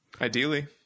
Ideally